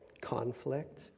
conflict